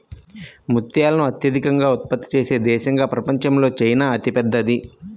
ముత్యాలను అత్యధికంగా ఉత్పత్తి చేసే దేశంగా ప్రపంచంలో చైనా అతిపెద్దది